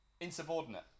Insubordinate